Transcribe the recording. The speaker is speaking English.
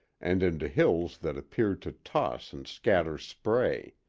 and into hills that appeared to toss and scatter spray.